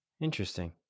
Interesting